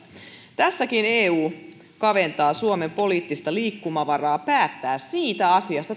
tässäkin eu kaventaa suomen poliittista liikkumavaraa päättää siitä asiasta